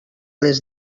les